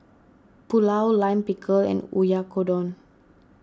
Pulao Lime Pickle and Oyakodon